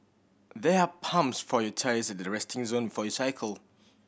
there are pumps for your tyres at the resting zone for you cycle